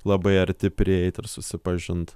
labai arti prieiti ir susipažint